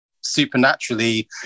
supernaturally